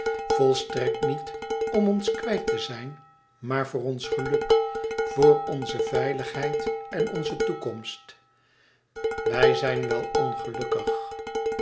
volstrekt niet om ons kwijt te zijn maar voor ons geluk voor onze veiligheid en onze toekomst wij zijn wel ongelukkig